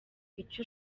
icyo